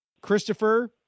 Christopher